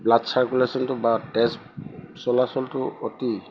blood চাৰ্কুলেশ্যনটো বা তেজ চলাচলটো অতি